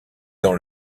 dans